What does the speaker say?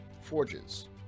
forges